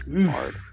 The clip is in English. hard